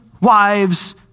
wives